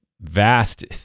vast